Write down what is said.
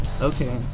Okay